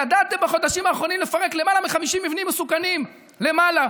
ידעתם בחודשים האחרונים לפרק למעלה מ-50 מבנים מסוכנים למעלה,